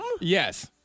Yes